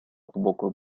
глубокую